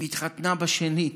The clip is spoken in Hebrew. והתחתנה בשנית.